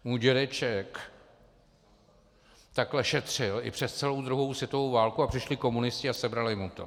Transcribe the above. Můj dědeček takhle šetřil i přes celou druhou světovou válku a přišli komunisti a sebrali mu to.